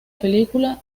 película